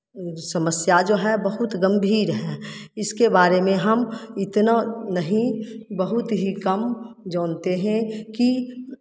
समस्या जो है बहुत गंभीर है इसके बारे में हम इतना नहीं बहुत ही कम जानते हैं कि